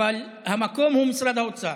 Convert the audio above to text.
אבל המקום הוא משרד האוצר.